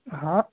हाँ